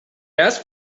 asked